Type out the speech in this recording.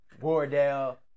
Wardell